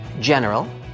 General